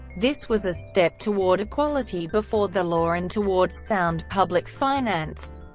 this was a step toward equality before the law and toward sound public finance,